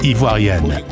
Ivoirienne